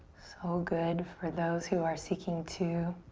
so good for those who are seeking to